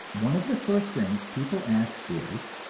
one of the first things people ask is,